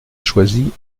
choisi